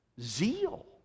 Zeal